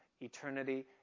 eternity